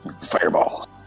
Fireball